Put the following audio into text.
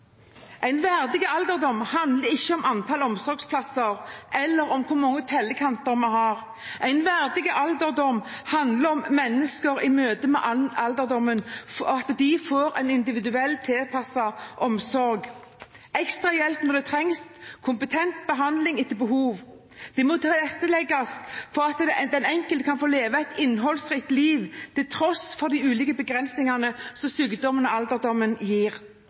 En verdig alderdom handler ikke om antall omsorgsplasser eller om hvor mange «tellekanter» vi har. En verdig alderdom handler om at mennesker i møte med alderdommen får en individuelt tilpasset omsorg, ekstra hjelp når det trengs og kompetent behandling etter behov. Det må tilrettelegges for at den enkelte kan få leve et innholdsrikt liv, til tross for de ulike begrensningene som sykdommen og alderdommen gir.